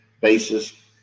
basis